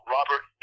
Robert